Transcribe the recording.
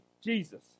Jesus